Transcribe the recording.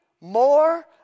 more